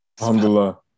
Alhamdulillah